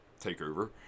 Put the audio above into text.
takeover